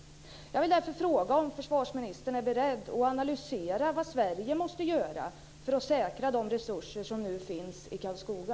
Jag vill därför fråga om försvarsministern är beredd att analysera vad Sverige måste göra för att säkra de resurser som nu finns i Karlskoga.